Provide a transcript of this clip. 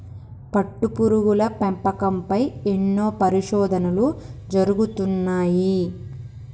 పట్టుపురుగుల పెంపకం పై ఎన్నో పరిశోధనలు జరుగుతున్నాయి